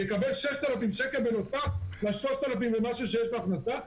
יקבל 6,000 שקל בנוסף ל-3,000 ומשהו שיש לו הכנסה,